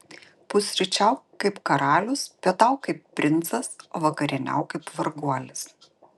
pusryčiauk kaip karalius pietauk kaip princas o vakarieniauk kaip varguolis